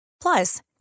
Plus